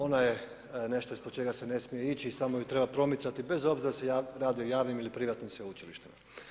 Ona je nešto ispod čega se ne smije ići, samo je treba promicati bez obzira da li se radi o javnim ili o privatnim sveučilištima.